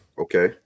Okay